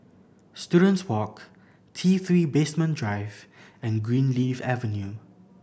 Students Walk T Three Basement Drive and Greenleaf Avenue